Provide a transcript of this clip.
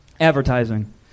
Advertising